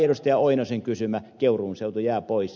oinosen kysymä keuruun seutu jää pois